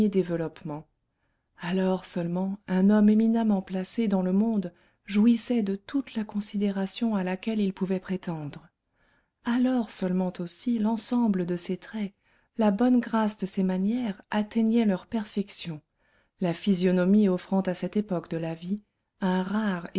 développement alors seulement un homme éminemment placé dans le monde jouissait de toute la considération à laquelle il pouvait prétendre alors seulement aussi l'ensemble de ses traits la bonne grâce de ses manières atteignaient leur perfection la physionomie offrant à cette époque de la vie un rare